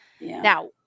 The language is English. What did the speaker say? Now